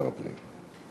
שר הפנים.